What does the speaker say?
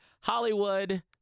Hollywood